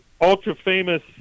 ultra-famous